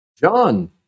John